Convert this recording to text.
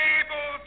able